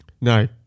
No